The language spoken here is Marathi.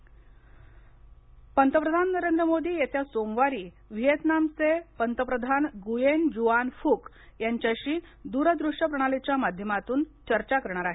पंतप्रधान पंतप्रधान नरेंद्र मोडी येत्या सोमवारी व्हीएतनामचे पंतप्रधान गुयेन जुआन फुक यांच्याशी दुरदृष्य प्रणालीच्या माध्यमातून चर्चा करणार आहेत